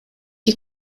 die